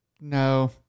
No